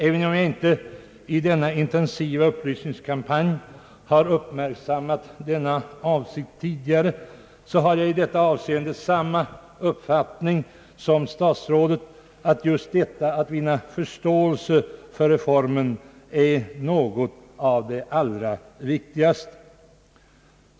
Även om jag i denna intensiva upplysningskampanj inte har uppmärksammat den avsikten tidigare har jag i detta avseende samma uppfattning som statsrådet, nämligen att något av det allra viktigaste är just att vinna förståelse för reformen.